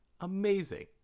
amazing